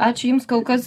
ačiū jums kol kas